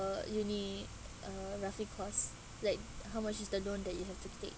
uh uni uh roughly cost like how much is the loan that you have to take